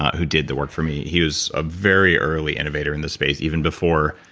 who did the work for me. he was a very early innovator in the space, even before,